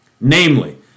Namely